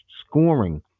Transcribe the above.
scoring